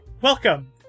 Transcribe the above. Welcome